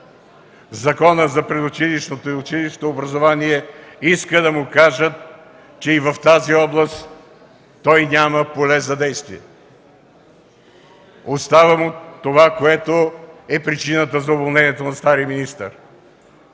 Закона за предучилищното и училищното образование, искат да му кажат, че и в тази област той няма поле за действие. Остава му това, което е причината за уволнението на стария министър